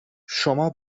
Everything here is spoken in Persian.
شما